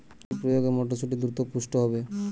কি প্রয়োগে মটরসুটি দ্রুত পুষ্ট হবে?